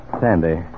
Sandy